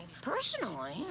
Personally